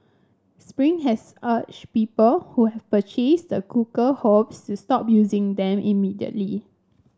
spring has urged people who have purchased the cooker hobs to stop using them immediately